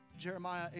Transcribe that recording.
jeremiah